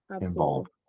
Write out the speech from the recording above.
involved